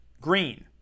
Green